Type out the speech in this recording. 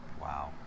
wow